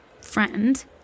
friend